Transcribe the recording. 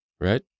Right